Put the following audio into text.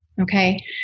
okay